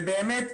ובאמת,